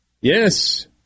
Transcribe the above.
Yes